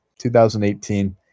2018